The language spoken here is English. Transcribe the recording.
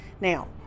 Now